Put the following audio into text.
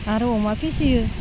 आरो अमा फिसियो